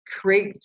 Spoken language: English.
create